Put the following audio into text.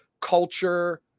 culture